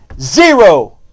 zero